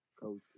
coach